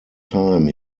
time